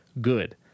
good